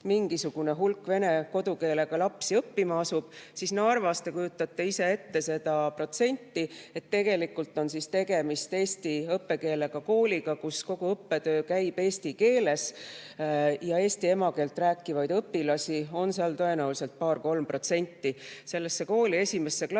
mingisugune hulk vene kodukeelega lapsi õppima asub, siis Narvas te kujutate ise ette seda protsenti. Tegelikult on tegemist eesti õppekeelega kooliga, kus kogu õppetöö käib eesti keeles, aga emakeelena eesti keelt rääkivaid õpilasi on seal tõenäoliselt paar-kolm protsenti. Selle kooli esimesse klassi